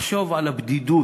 לחשוב על הבדידות.